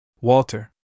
Walter